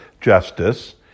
justice